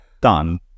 done